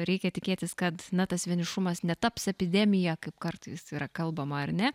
reikia tikėtis kad na tas vienišumas netaps epidemija kaip kartais yra kalbama ar ne